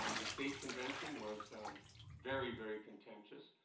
um the state convention was very, very contentious,